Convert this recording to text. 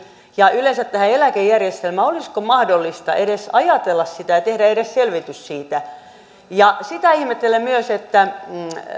ja yleensä eläkejärjestelmään olisiko mahdollista edes ajatella sitä tehdä edes selvitys siitä sitä ihmettelen myös että kun